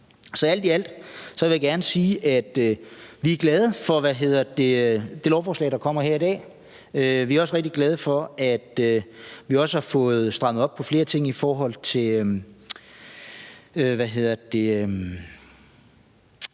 Så alt i alt vil jeg gerne sige, at vi er glade for de lovforslag, der kommer her i dag. Vi er også rigtig glade for, at vi har fået strammet op på flere ting i forhold til